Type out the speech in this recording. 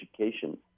Education